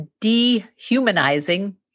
dehumanizing